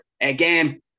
Again